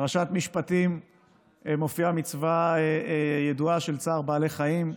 בפרשת משפטים מופיעה מצווה ידועה של צער בעלי חיים.